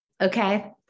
Okay